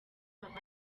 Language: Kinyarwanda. abandi